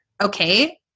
okay